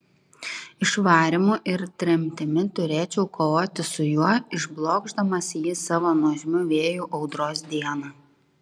išvarymu ir tremtimi turėčiau kovoti su juo išblokšdamas jį savo nuožmiu vėju audros dieną